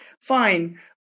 Fine